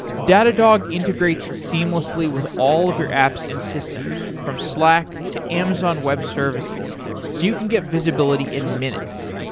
datadog integrates seamlessly with all of your apps and systems from slack, to amazon web services, so you can get visibility in minutes.